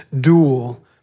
duel